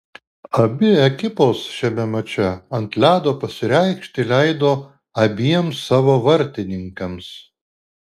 abi ekipos šiame mače ant ledo pasireikšti leido abiem savo vartininkams